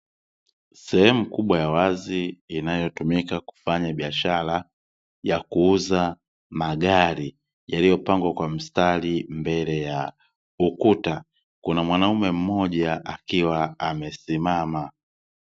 Sehemu kubwa ya wazi inayotumika kufanya biashara ya kuuza magari yaliyopangwa kwa mstari, mbele ya ukuta kuna mwanaume mmoja akiwa amesimama.